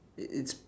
it it's